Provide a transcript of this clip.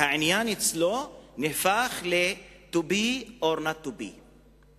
והעניין אצלו הופךto be or not to be,